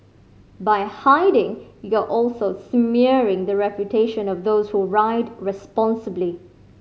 by hiding you're also smearing the reputation of those who ride responsibly